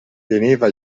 teneva